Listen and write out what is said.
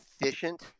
efficient